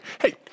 Hey